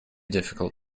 difficult